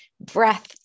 breath